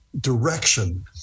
direction